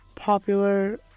popular